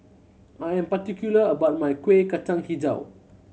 I am particular about my Kueh Kacang Hijau